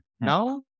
Now